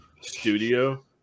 studio